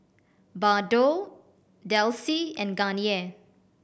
Bardot Delsey and Garnier